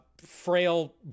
Frail